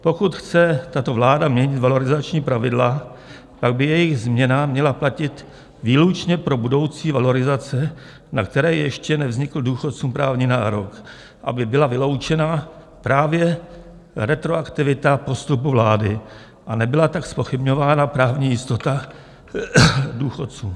Pokud chce tato vláda měnit valorizační pravidla, pak by jejich změna měla platit výlučně pro budoucí valorizace, na které ještě nevznikl důchodcům právní nárok, aby byla vyloučena právě retroaktivita postupu vlády a nebyla tak zpochybňována právní jistota důchodců.